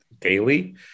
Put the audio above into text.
daily